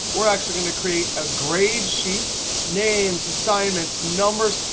we're actually going to create a grade sheet names, assignments, numbers,